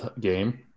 game